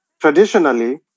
traditionally